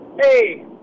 Hey